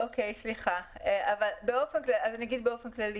באופן כללי